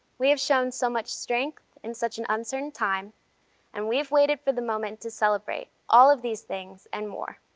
we have shown so much strength in such an uncertain time and we have waited for the moment to celebrate all of these things and more